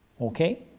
Okay